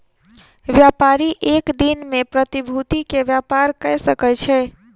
व्यापारी एक दिन में प्रतिभूति के व्यापार कय सकै छै